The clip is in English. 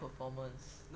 good performance